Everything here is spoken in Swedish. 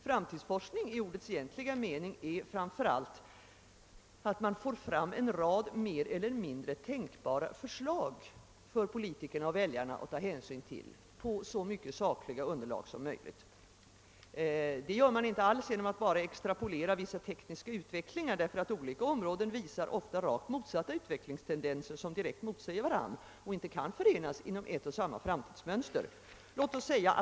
Framtidsforskning i ordets egentliga mening innebär att för politikerna och väljarna kan framläggas en rad mer eller mindre tänkbara förslag med så starkt sakligt underlag som möjligt. Det kan man inte göra genom att bara extrapolera vissa tekniska utvecklingar, eftersom olika områden ofta visar rakt motsatta utvecklingstendenser som direkt motsäger varandra och inte kan förenas inom ett och samma framtidsmönster.